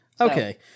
Okay